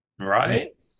right